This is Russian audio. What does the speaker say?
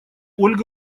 ольга